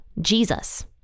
Jesus